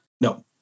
No